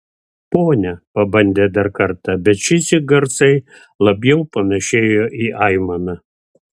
pone pabandė dar kartą bet šįsyk garsai labiau panėšėjo į aimaną